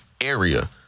area